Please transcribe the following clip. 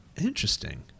Interesting